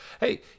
Hey